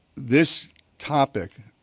this topic,